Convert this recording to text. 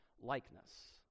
likeness